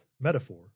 Metaphor